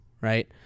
right